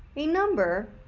a number,